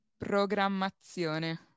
Programmazione